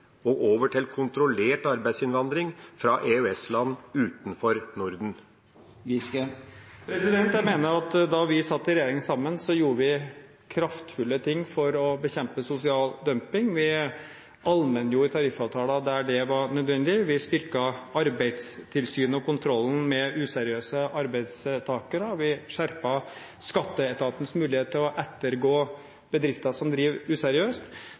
og over til kontrollert arbeidsinnvandring fra EØS-land utenfor Norden? Jeg mener at da vi satt i regjering sammen, gjorde vi kraftfulle ting for å bekjempe sosial dumping. Vi allmenngjorde tariffavtaler der det var nødvendig. Vi styrket Arbeidstilsynet og kontrollen med useriøse arbeidstakere. Vi skjerpet Skatteetatens mulighet til å ettergå bedrifter som driver useriøst.